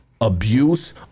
abuse